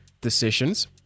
decisions